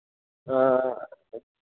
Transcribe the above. हाँ हाँ